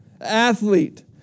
Athlete